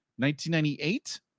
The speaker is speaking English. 1998